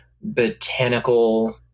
botanical